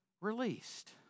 released